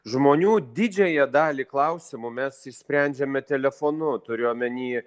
žmonių didžiąją dalį klausimų mes išsprendžiame telefonu turiu omeny